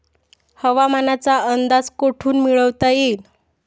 हवामानाचा अंदाज कोठून मिळवता येईन?